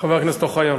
חבר הכנסת אוחיון.